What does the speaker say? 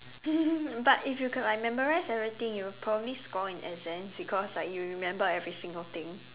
but if you can like memorize everything you would probably score in exams because like you remember every single thing